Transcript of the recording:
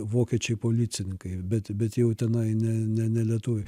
vokiečiai policininkai bet bent jau tenai ne nelietuvių